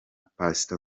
pastor